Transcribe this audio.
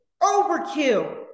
overkill